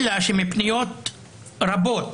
אלא שמפניות רבות,